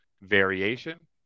variation